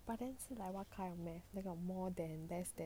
but then 是 like what kind of math 那个 more than less than